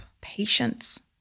patience